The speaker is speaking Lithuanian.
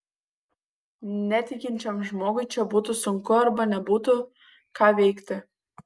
netikinčiam žmogui čia būtų sunku arba nebūtų ką veikti